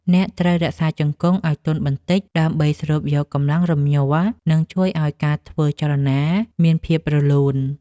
អ្នកត្រូវរក្សាជង្គង់ឱ្យទន់បន្តិច ដើម្បីស្រូបយកកម្លាំងរំញ័រ និងជួយឱ្យការធ្វើចលនាមានភាពរលូន។